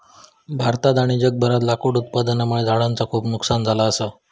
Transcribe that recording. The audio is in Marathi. भारतात आणि जगभरातला लाकूड उत्पादनामुळे झाडांचा खूप नुकसान झाला असा